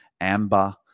amber